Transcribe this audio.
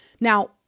Now